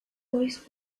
voice